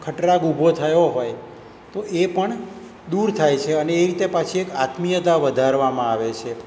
ખટરાગ ઊભો થયો હોય તો એ પણ દૂર થાય છે અને એ રીતે પાછી એક આત્મીયતા વધારવામાં આવે છે